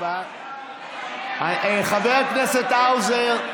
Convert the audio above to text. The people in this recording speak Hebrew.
חבר הכנסת האוזר,